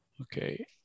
Okay